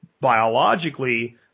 biologically